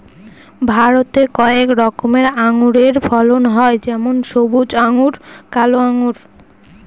ভারতে কয়েক রকমের আঙুরের ফলন হয় যেমন সবুজ আঙ্গুর, কালো আঙ্গুর